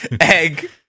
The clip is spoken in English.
Egg